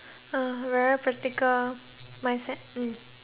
uh very practical mindset hmm